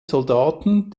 soldaten